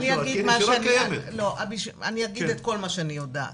אני אומר את כל מה שאני יודעת.